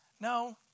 no